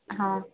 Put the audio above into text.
ହଁ